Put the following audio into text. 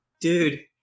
dude